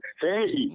Hey